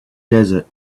desert